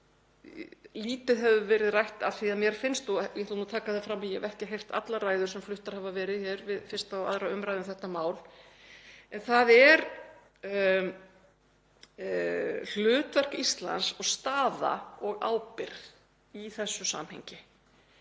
það er hlutverk Íslands og staða og ábyrgð í þessu samhengi.